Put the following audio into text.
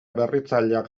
berritzaileak